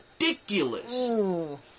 ridiculous